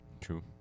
True